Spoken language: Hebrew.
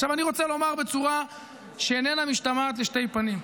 עכשיו אני רוצה לומר בצורה שאיננה משתמעת לשתי פנים: